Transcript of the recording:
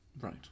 Right